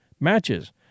matches